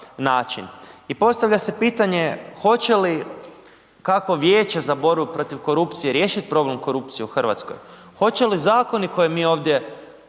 način. I postavlja se pitanje hoće li kakvo Vijeće za borbu protiv korupcije riješiti problem korupcije u Hrvatskoj? Hoće li zakoni koje mi ovdje